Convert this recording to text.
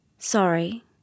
Sorry